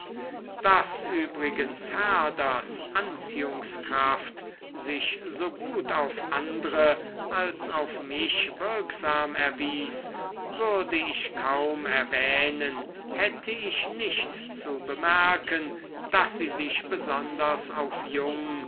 daß übrigens herders anziehungskraft sich so gut auf andre als auf mich wirksam erwies würde ich kaum erwähnen hätte ich nicht zu bemerken daß sie sich besonders auf jung